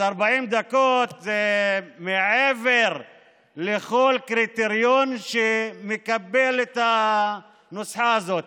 אז 40 דקות זה מעבר לכל קריטריון שמקבל את הנוסחה הזאת.